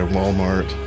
Walmart